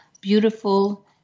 beautiful